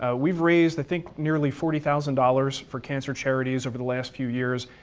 ah we've raised i think nearly forty thousand dollars for cancer charities over the last few years.